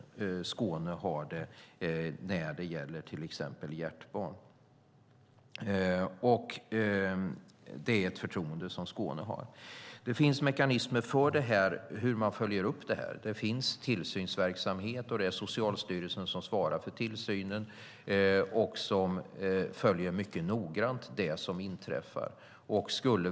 Skåne har till exempel fått det när det gäller hjärtbarn. Det är ett förtroende som Skåne har fått. Det finns mekanismer för hur man följer upp detta. Det finns tillsynsverksamhet, och det är Socialstyrelsen som svarar för tillsynen och som mycket noggrant följer det som inträffar.